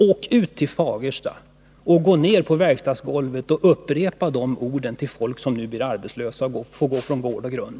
Åk ut till Fagersta och gå ned på verkstadsgolvet och upprepa de orden för de människor som nu blir arbetslösa och får gå från gård och grund!